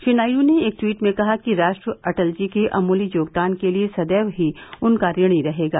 श्री नायडू ने एक ट्वीट में कहा कि राष्ट्र अटल जी के अमूल्य योगदान के लिए सदैव ही उनका ऋणी रहेगा